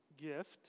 gift